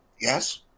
Yes